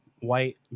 white